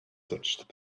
such